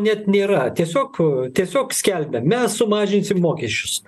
net nėra tiesiog tiesiog skelbia mes sumažinsim mokesčius